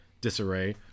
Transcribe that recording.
disarray